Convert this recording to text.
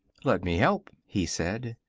let me help, he said.